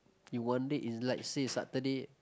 in one day is like say Saturday